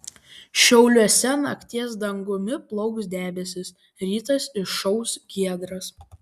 šiauliuose nakties dangumi plauks debesys rytas išauš giedras